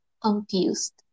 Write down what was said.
confused